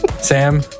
Sam